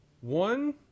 one